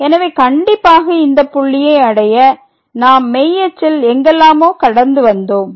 எனவே கண்டிப்பாக இந்த புள்ளியை அடைய நாம் மெய் அச்சில்எங்கெல்லாமோ கடந்து வந்தோம்